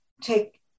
take